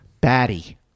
Batty